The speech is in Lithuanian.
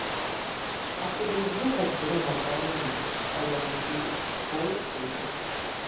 akivaizdu kad bruno pralaimėjo o jo mažytis šou baigėsi